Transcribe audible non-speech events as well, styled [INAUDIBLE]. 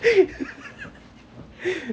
[LAUGHS]